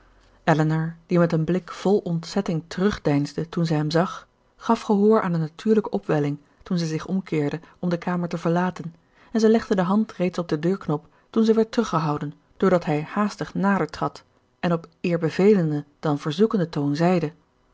elinor die met een blik vol ontzetting terugdeinsde toen zij hem zag gaf gehoor aan eene natuurlijke opwelling toen zij zich omkeerde om de kamer te verlaten en zij legde de hand reeds op den deurknop toen zij werd teruggehouden doordat hij haastig nadertrad en op eer bevelenden dan verzoekenden toon zeide